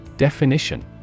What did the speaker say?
Definition